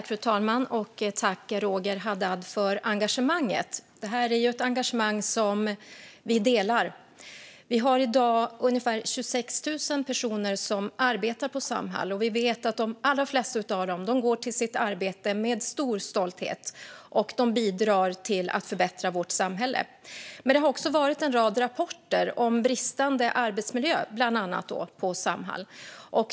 Fru talman! Tack, Roger Haddad, för engagemanget! Det här är ju ett engagemang som vi delar. Vi har i dag ungefär 26 000 personer som arbetar på Samhall, och vi vet att de allra flesta av dessa går till sitt arbete med stor stolthet. De bidrar till att förbättra vårt samhälle. Men det har också kommit en rad rapporter om bland annat bristande arbetsmiljö på Samhall.